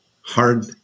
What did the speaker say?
hard